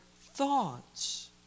thoughts